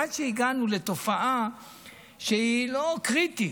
עד שהגענו לתופעה שהיא לא קריטית,